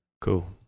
Cool